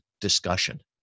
discussion